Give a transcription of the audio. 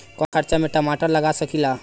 कम खर्च में टमाटर लगा सकीला?